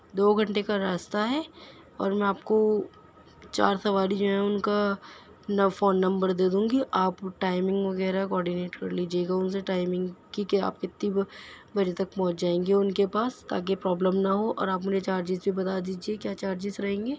دو گھنٹے کا راستہ ہے اور میں آپ کو چار سواری جو ہیں ان کا نا فون نمبر دے دوں گی آپ ٹائمنگ وغیرہ کورڈینیٹ کر لیجئے گا ان سے ٹائمنگ کہ آپ کتی با بجے تک پہنچ جائیں گے ان کے پاس تاکہ پروبلم نہ ہو اور آپ انہیں چارجز جو بتا دیجئے کیا چارجز رہیں گے